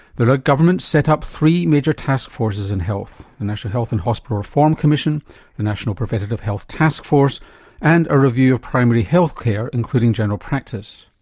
the rudd government set up three major taskforces in health, the national health and hospital reform commission the national preventative health taskforce and a review of primary health care including general practice.